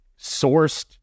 sourced